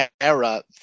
era